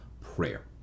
prayer